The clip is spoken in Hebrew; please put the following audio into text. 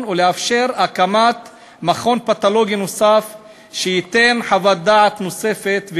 ולאפשר הקמת מכון פתולוגי נוסף שייתן חוות דעת נוספת,